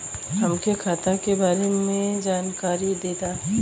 हमके खाता के बारे में जानकारी देदा?